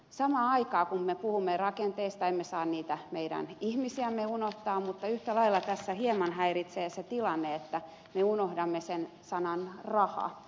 samaan aikaan kun me puhumme rakenteista emme saa niitä meidän ihmisiämme unohtaa mutta yhtä lailla tässä hieman häiritsee se tilanne että me unohdamme sen sanan raha